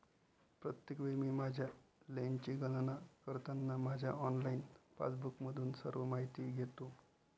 प्रत्येक वेळी मी माझ्या लेनची गणना करताना माझ्या ऑनलाइन पासबुकमधून सर्व माहिती घेतो